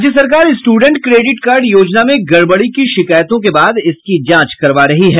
राज्य सरकार student credit card योजना में गड़बड़ी की शिकायतों के बाद इसकी जांच करवा रही है